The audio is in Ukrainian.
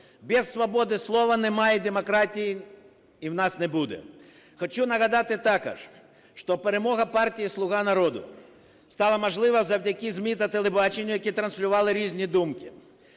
Без свободи слова немає демократії і в нас не буде. Хочу нагадати також, що перемога партії "Слуга народу" стала можливою завдяки ЗМІ та телебаченню, які транслювали різні думки.